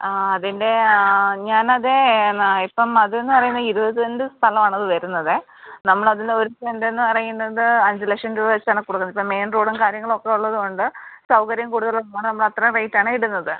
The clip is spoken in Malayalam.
ആ അതിൻ്റെ ഞാനത് എന്നാ ഇപ്പം അത് എന്ന് പറയുന്നത് ഇരുപത് സെൻറ്റ് സ്ഥലവാണത് വരുന്നത് നമ്മളതിലൊര് സെൻറ്റ് എന്ന് പറയുന്നത് അഞ്ച് ലക്ഷം രൂപ വെച്ചാണ് കൂടുതലിപ്പം മെയിൻ റോഡും കാര്യങ്ങളൊക്കെ ഉള്ളത് കൊണ്ട് സൗകര്യം കൂടുതലും വേണം അത്ര റേറ്റാണേ ഇടുന്നത്